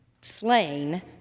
slain